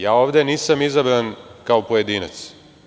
Ja ovde nisam izabran kao pojedinac.